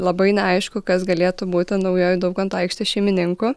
labai neaišku kas galėtų būti naujuoju daukanto aikštės šeimininku